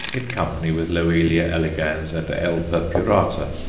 in company with loelia elegans and l. purpurata.